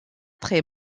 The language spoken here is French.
très